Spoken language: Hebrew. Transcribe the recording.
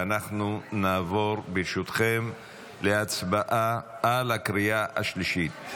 ואנחנו נעבור, ברשותכם, להצבעה על הקריאה השלישית.